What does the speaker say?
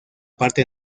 parte